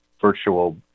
virtual